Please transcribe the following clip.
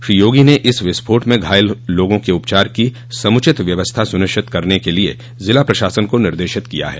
श्री योगी ने इस विस्फोट में घायल लोगों के उपचार की समुचित व्यवस्था सुनिश्चित करने के लिये ज़िला प्रशासन को निर्देशित किया है